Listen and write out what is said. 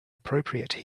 appropriate